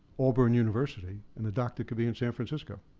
auburn university and the doctor could be in san francisco.